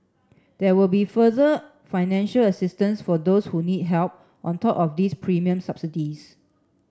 there will be further financial assistance for those who need help on top of these premium subsidies